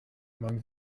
among